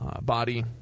body